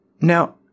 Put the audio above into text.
Now